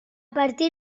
partir